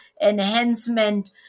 enhancement